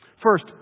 First